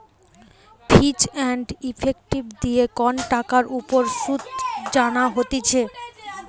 ফিচ and effective দিয়ে কন টাকার উপর শুধ জানা হতিছে